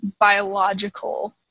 biological